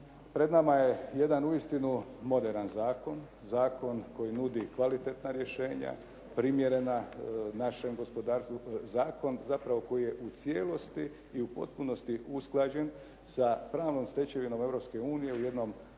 pred nama je jedan uistinu moderan zakon. Zakon koji nudi kvalitetna rješenja, primjerena našem gospodarstvu, zakon zapravo koji je u cijelosti i u potpunosti usklađen sa pravnom stečevinom Europske unije u